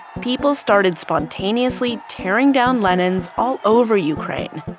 people started spontaneously tearing down lenins all over ukraine.